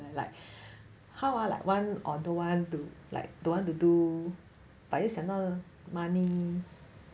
like how ah like want or don't want to like don't want to do but 又想到 money